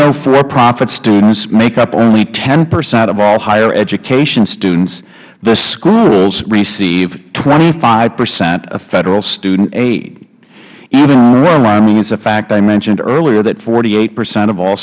though for profit students make up only ten percent of all higher education students the schools receive twenty five percent of federal student aid even more alarming is the fact i mentioned earlier that forty eight percent of all